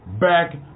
back